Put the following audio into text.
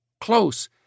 close